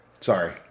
Sorry